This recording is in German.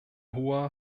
hoher